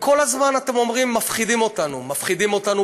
וכל הזמן אתם מפחידים אותנו: מפחידים אותנו